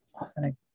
often